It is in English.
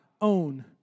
own